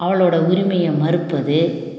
அவளோடய உரிமையை மறுப்பது